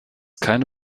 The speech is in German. keine